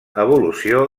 evolució